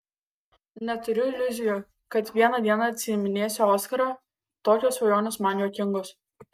neturiu iliuzijų kad vieną dieną atsiiminėsiu oskarą tokios svajonės man juokingos